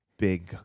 big